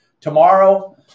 tomorrow